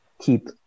keep